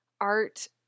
art